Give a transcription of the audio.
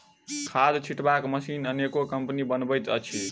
खाद छिटबाक मशीन अनेको कम्पनी बनबैत अछि